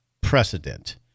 precedent